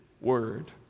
word